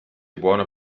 buono